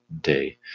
day